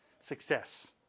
success